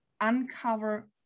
uncover